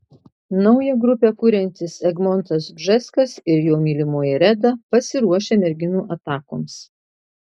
naują grupę kuriantis egmontas bžeskas ir jo mylimoji reda pasiruošę merginų atakoms